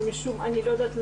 אני לא יודעת למה,